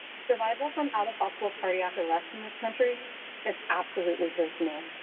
survival from out of hospital cardiac arrest in this country is absolutely dismal.